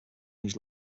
use